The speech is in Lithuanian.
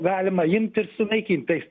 galima imt ir sunaikint tai